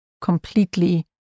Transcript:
completely